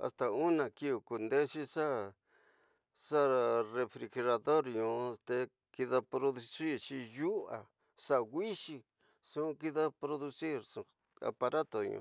hasta una kiu kundexi xa xa refrigerador nu xa kida producir ñyu xa wixí nxu kida producir nxu aparato ñu.